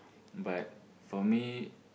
but for me